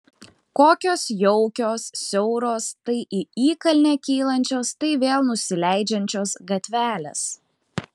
kokios jaukios siauros tai į įkalnę kylančios tai vėl nusileidžiančios gatvelės